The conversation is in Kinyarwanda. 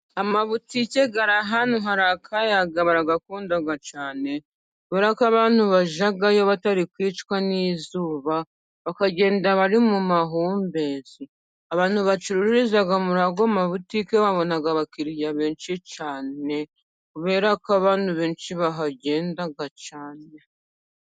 Amabutike ari ahantu hari akayaga barayakunda cyane, kuberako abantu bajyayo batari kwicwa n'izuba bakagenda bari mu mahumbezi. Abantu bacururiza muri ayo mabutike babona abakiriya benshi cyane, kuberako abantu benshi bahagenda cyane.